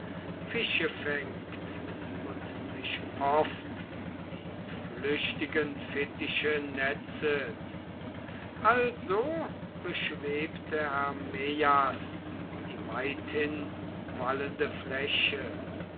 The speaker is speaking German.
fische fängt und sich oft die flüchtigen fittiche netzet also beschwebte hermeias die weithinwallende fläche